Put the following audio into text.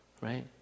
right